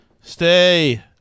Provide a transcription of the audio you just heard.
Stay